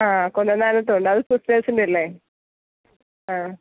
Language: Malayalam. അഹ് കൊല്ലന്താനത്ത് ഉണ്ട് അത് സിസ്റ്റേഴ്സിൻറ്റെ അല്ലെ അഹ്